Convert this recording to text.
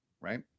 right